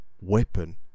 weapon